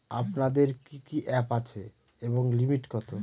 আপনাদের কি কি অ্যাপ আছে এবং লিমিট কত?